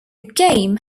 game